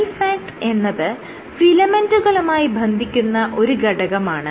Lifeact എന്നത് ഫിലമെന്റുകളുമായി ബന്ധിക്കുന്ന ഒരു ഘടകമാണ്